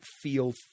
feel –